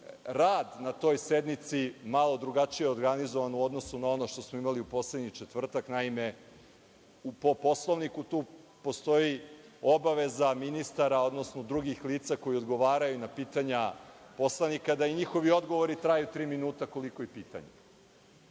rad na toj sednici malo drugačije organizovan u odnosu na ono što smo imali u poslednji četvrtak. Naime, po Poslovniku tu postoji obaveza ministara, odnosno drugih lica koja odgovaraju na pitanja poslanika, da i njihovi odgovori traju tri minuta, koliko i pitanje.